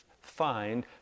find